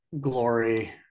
glory